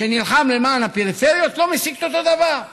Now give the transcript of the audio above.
שנלחם למען הפריפריות, לא משיג אותו דבר?